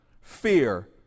fear